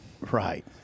Right